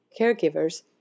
caregivers